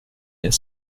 est